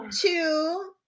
two